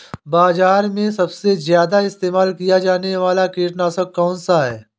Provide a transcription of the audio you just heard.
बाज़ार में सबसे ज़्यादा इस्तेमाल किया जाने वाला कीटनाशक कौनसा है?